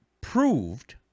proved